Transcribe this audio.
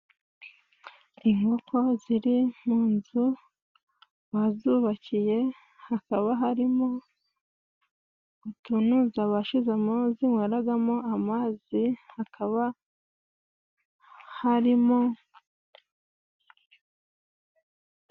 Inkoko ziri mu nzu, wazubakiye ,hakaba harimo utunuza bashizemo zinweragamo amazi, hakaba harimo....